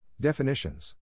Definitions